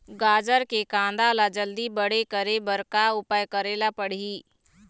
गाजर के कांदा ला जल्दी बड़े करे बर का उपाय करेला पढ़िही?